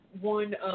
one